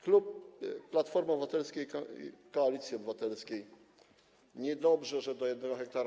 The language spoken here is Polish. Klub Platformy Obywatelskiej, Kolacji Obywatelskiej - niedobrze, że do 1 ha.